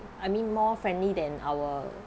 I mean more friendly than our